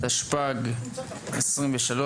התשפ"ג-2023,